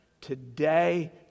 today